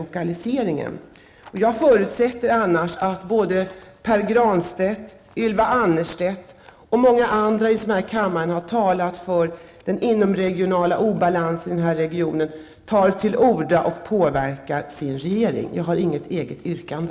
Om tidningsuppgiften är riktig förutsätter jag att Pär Granstedt, Ylva Annerstedt och många andra som här i kammaren har talat om den inomregionala obalansen i denna region tar till orda och påverkar sin regering. Jag har inget eget yrkande.